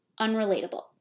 unrelatable